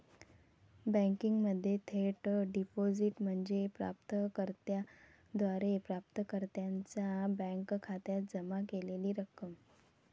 बँकिंगमध्ये थेट डिपॉझिट म्हणजे प्राप्त कर्त्याद्वारे प्राप्तकर्त्याच्या बँक खात्यात जमा केलेली रक्कम